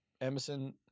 Emerson